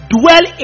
dwell